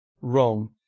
Wrong